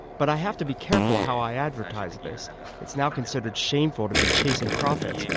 but i have to be careful how i advertise this it's now considered shameful to be chasing profits, and